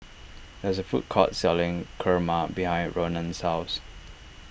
there is a food court selling Kurma behind Ronan's house